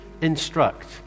instruct